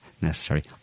necessary